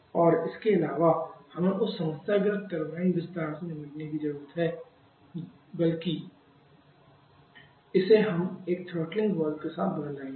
और इसके अलावा हमें उस समस्याग्रस्त टरबाइन विस्तार से निपटने की ज़रूरत नहीं है बल्कि इसे हम एक थ्रॉटलिंग वाल्व के साथ बदल रहे हैं